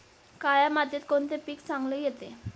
काळ्या मातीत कोणते पीक चांगले येते?